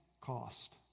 cost